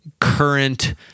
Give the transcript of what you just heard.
current